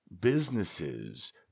businesses